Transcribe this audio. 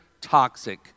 toxic